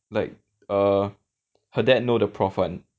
like err her dad know the prof [one]